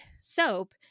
soap